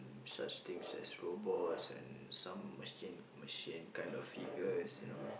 mm such things as robots and some machine machine kind of figures you know